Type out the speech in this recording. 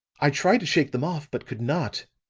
i tried to shake them off, but could not.